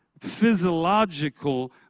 physiological